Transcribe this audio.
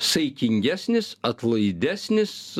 saikingesnis atlaidesnis